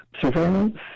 surveillance